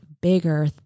bigger